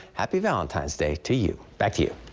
happy valentine's day to you. back to you.